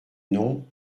noms